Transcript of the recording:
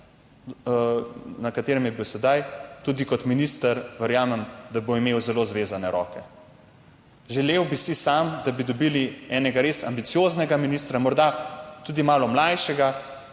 na katerem je bil sedaj, tudi kot minister verjamem, da bo imel zelo zvezane roke. Želel bi si, da bi dobili enega res ambicioznega ministra, morda tudi malo mlajšega,